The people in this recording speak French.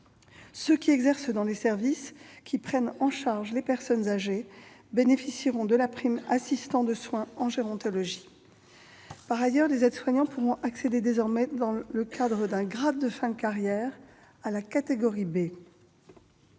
exerçant dans les services qui prennent en charge les personnes âgées bénéficieront ainsi de la prime assistant de soins en gérontologie. Par ailleurs, les aides-soignants pourront désormais accéder, dans le cadre d'un grade de fin de carrière, à la catégorie B.